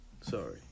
sorry